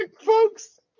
folks